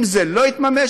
אם זה לא התממש,